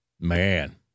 Man